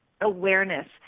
awareness